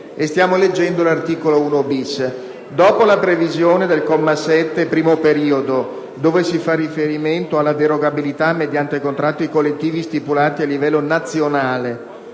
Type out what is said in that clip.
stiamo leggendo l'articolo 1-*bis.*